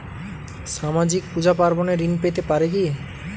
সামাজিক পূজা পার্বণে ঋণ পেতে পারে কি?